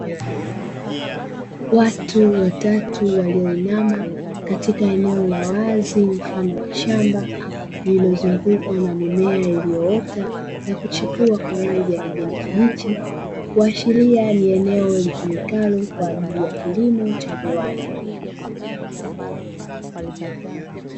Watu watatu walioinama katika eneo la wazi mfano wa shamba lililozungukwa na mimea iliyoota na kuchipua kwa rangi ya kijani kibichi, kuashiria ni eneo litumikalo kwa ajili ya kilimo cha viwanda.